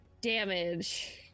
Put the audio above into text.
Damage